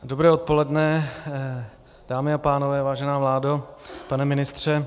Dobré odpoledne, dámy a pánové, vážená vládo, pane ministře.